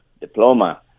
diploma